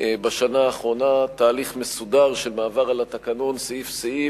בשנה האחרונה תהליך מסודר של מעבר על התקנון סעיף-סעיף,